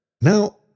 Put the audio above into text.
Now